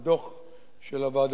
אז אתה רואה שהזמן עושה את שלו.